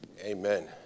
Amen